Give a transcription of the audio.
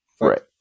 Right